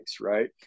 right